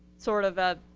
sort of a,